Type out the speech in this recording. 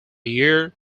year